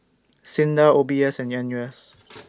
SINDA O B S and N U S